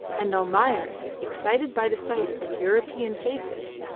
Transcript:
and almayer, excited by the sight of european faces,